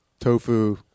tofu